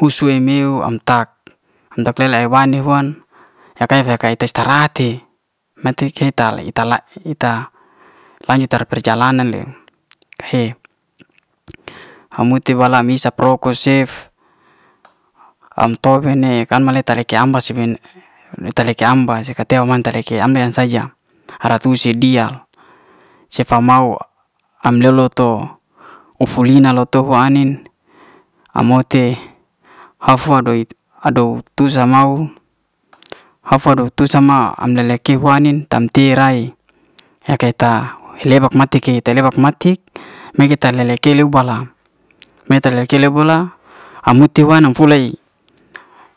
Husu em mew am tak handak le le ae wane huan yak kaya tes tra'te mati ke'ta la ke'ta la ita lanjut tara perjalanan le he a'mute bala isap roko cef am tofen ne am meleke te'am ba si'bin le taleke'amba se ka te o man taleke am mean saja hara tusi dial sefa mau am lo'lo to ufu lina lo tofo ai'nin am mote hafa'doi tou sa mau hafa dou tusa ma am lele'ki fanin tam terai ya'kai ta lebak mati ke te lebak mati mege te lele kele bala meta la'kele bola am huti huan am fu lay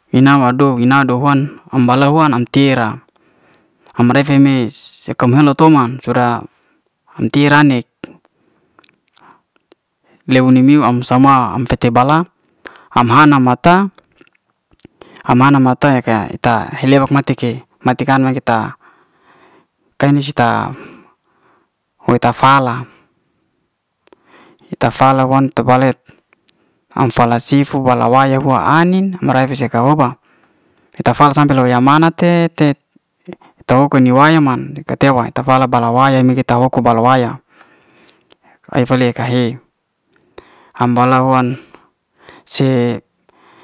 ina'wa do, ina'do huan om bala huan am tei'ra am refe'me se kon'holo toma sudah antirane le ni meuw am sama am tete bala am hana ma ta am hana ma ta yakay ele halewa mati ke, matikan kains'ta hoe ta'fala, ye ta'fala wan ta'bale am fala sifu bala waya huan ai'nin ya'rafas su ka ai'nin mare'seka hoba eta'fal sampe loya'manat te to oko ni'waya'man ka tewa'in ta fala bala waya'in eta hoko bala waya. efe'le ka he am bala huan se.